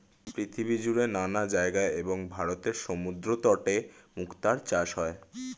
পৃথিবীজুড়ে নানা জায়গায় এবং ভারতের সমুদ্রতটে মুক্তার চাষ হয়